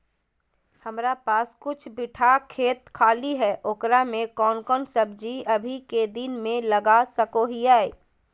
हमारा पास कुछ बिठा खेत खाली है ओकरा में कौन कौन सब्जी अभी के दिन में लगा सको हियय?